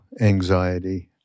anxiety